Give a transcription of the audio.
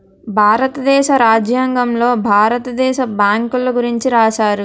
భారతదేశ రాజ్యాంగంలో భారత దేశ బ్యాంకుల గురించి రాశారు